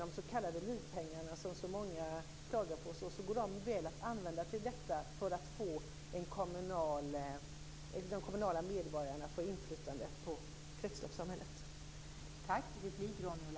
De s.k. livpengarna, som många klagar på, går väl att använda till detta, så att kommunmedborgarna får inflytande över kretsloppssamhället.